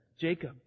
Jacob